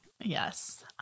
Yes